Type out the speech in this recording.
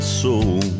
soul